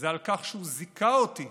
על כך שהוא זיכה אותי